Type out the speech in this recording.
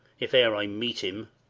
if e'er i meet him.